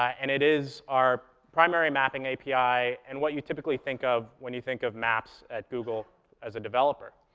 ah and it is our primary mapping api, and what you typically think of when you think of maps at google as a developer.